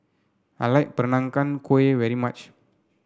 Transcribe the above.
I like Peranakan Kueh very much